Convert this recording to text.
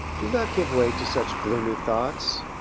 do not give way to such gloomy thoughts.